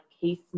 case